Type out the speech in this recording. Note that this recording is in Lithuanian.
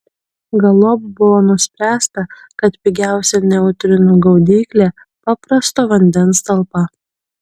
galop buvo nuspręsta kad pigiausia neutrinų gaudyklė paprasto vandens talpa